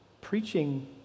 preaching